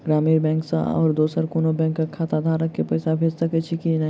ग्रामीण बैंक सँ आओर दोसर कोनो बैंकक खाताधारक केँ पैसा भेजि सकैत छी की नै?